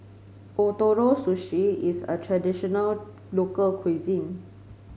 Ootoro Sushi is a traditional local cuisine